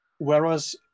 Whereas